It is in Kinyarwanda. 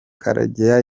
karegeya